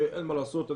שאין מה לעשות,